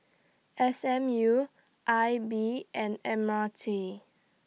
S M U I B and M R T